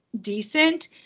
decent